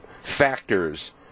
factors